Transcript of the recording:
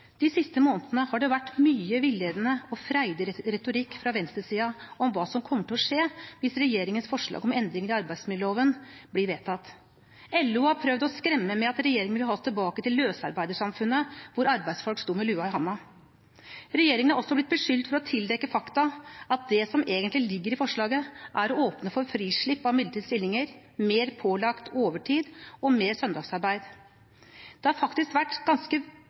De siste månedene har det vært mye villedende og freidig retorikk fra venstresiden om hva som kommer til å skje hvis regjeringens forslag til endringer i arbeidsmiljøloven blir vedtatt. LO har prøvd å skremme med at regjeringen vil ha oss tilbake til løsarbeidersamfunnet, hvor arbeidsfolk sto med lua i hånden. Regjeringen har også blitt beskyldt for å tildekke fakta – at det som egentlig ligger i forslaget, er å åpne for frislipp av midlertidige stillinger, mer pålagt overtid og mer søndagsarbeid. Det har faktisk vært ganske